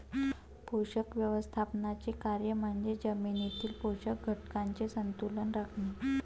पोषक व्यवस्थापनाचे कार्य म्हणजे जमिनीतील पोषक घटकांचे संतुलन राखणे